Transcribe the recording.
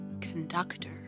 Conductor